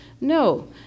no